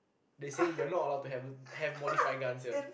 they said you're not allowed to have have modified guns here